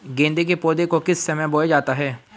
गेंदे के पौधे को किस समय बोया जाता है?